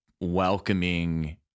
welcoming